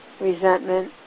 resentment